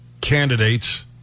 candidates